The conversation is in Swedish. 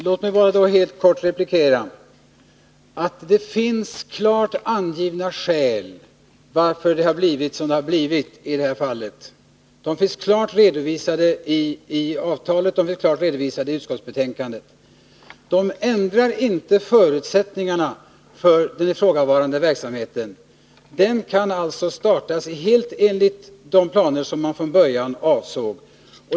Fru talman! Låt mig bara kort replikera att det finns klart angivna skäl till att det har blivit så här i detta fall. Skälen finns klart redovisade i avtalet och i utskottsbetänkandet. De ändrar inte förutsättningarna för den ifrågavarande verksamheten. Den kan alltså startas helt enligt de planer som man hade från början.